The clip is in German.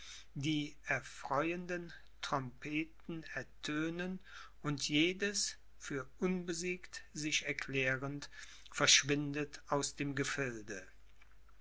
die erfreuenden trompeten ertönen und jedes für unbesiegt sich erklärend verschwindet aus dem gefilde